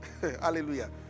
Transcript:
Hallelujah